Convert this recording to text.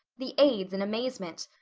the aids in amazement.